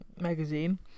magazine